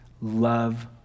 love